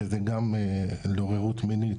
שזה גם לעוררות מינית,